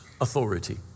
authority